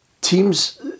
teams